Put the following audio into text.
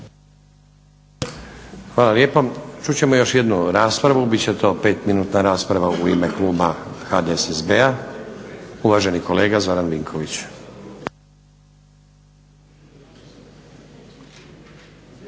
Hvala lijepo. Čut ćemo još jednu raspravu, bit će to 5-minutna rasprava u ime kluba HDSSB-a. Uvaženi kolega Zoran Vinković.